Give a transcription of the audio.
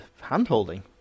hand-holding